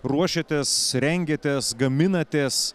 ruošiatės rengiatės gaminatės